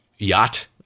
Yacht